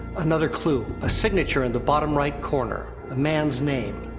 another clue, a signature in the bottom right corner. a man's name.